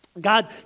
God